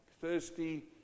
thirsty